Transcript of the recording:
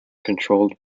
controlled